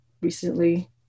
Recently